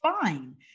fine